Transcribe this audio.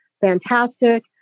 fantastic